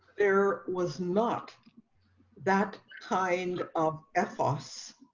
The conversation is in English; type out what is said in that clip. there was not that kind of f oss